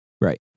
Right